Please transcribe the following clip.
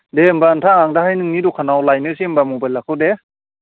दे होमबा नोंथा आं दाहाय नोंनि दखानाव लायनोसै होनबा मबाइलखौ दे